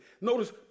Notice